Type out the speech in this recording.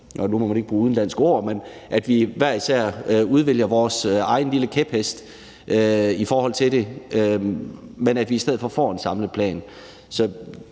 – nu må man ikke bruge udenlandske ord, men det betyder, at vi hver især udvælger vores egen lille kæphest i forhold til det – men at vi i stedet for får en samlet plan.